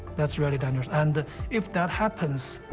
that's really dangerous, and if that happens,